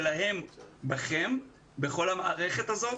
שלהם בכם ובכל המערכת הזאת.